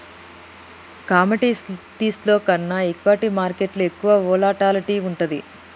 కమోడిటీస్లో కన్నా ఈక్విటీ మార్కెట్టులో ఎక్కువ వోలటాలిటీ వుంటది